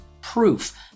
proof